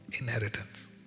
Inheritance